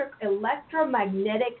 electromagnetic